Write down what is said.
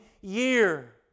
year